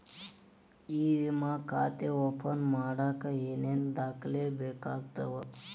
E ವಿಮಾ ಖಾತೆ open ಮಾಡಕ ಏನೇನ್ ದಾಖಲೆ ಬೇಕಾಗತವ